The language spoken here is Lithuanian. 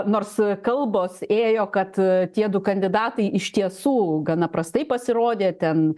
nors kalbos ėjo kad tie du kandidatai iš tiesų gana prastai pasirodė ten